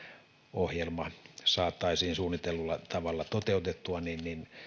ohjelma saataisiin suunnitellulla tavalla toteutettua niin